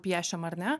piešiam ar ne